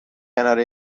کنار